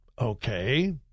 Okay